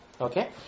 Okay